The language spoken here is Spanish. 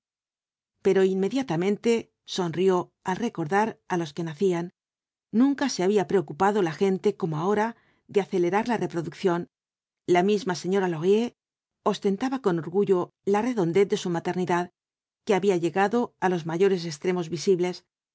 pero inmediatamente sonrió al recordar á los que nacían nunca se había preocupado la gente como ahora de acelerar la reproducción la misma señora laurier ostentaba con orgullo la redondez de su maternidad que había llegado á los mayores extremos visibles